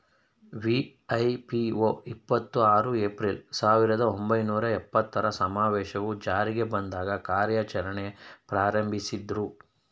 ವಿ.ಐ.ಪಿ.ಒ ಇಪ್ಪತ್ತು ಆರು ಏಪ್ರಿಲ್, ಸಾವಿರದ ಒಂಬೈನೂರ ಎಪ್ಪತ್ತರ ಸಮಾವೇಶವು ಜಾರಿಗೆ ಬಂದಾಗ ಕಾರ್ಯಾಚರಣೆ ಪ್ರಾರಂಭಿಸಿದ್ರು